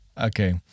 Okay